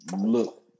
look